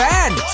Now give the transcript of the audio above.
Band